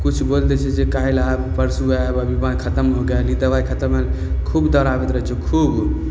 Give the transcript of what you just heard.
किछु बोलि दै छै जे काल्हि आयब परसू आयब अभी खतम हो गेल ई दबाइ खतम हइ खूब दौड़ाबै छै खूब